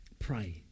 Pray